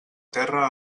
terra